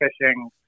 fishing